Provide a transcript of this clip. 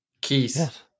Keys